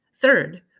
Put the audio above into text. Third